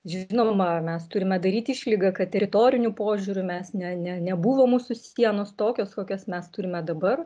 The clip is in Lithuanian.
žinoma mes turime daryt išlygą kad teritoriniu požiūriu mes ne ne nebuvo mūsų sienos tokios kokias mes turime dabar